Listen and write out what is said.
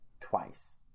twice